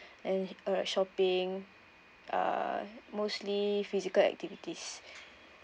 and uh shopping uh mostly physical activities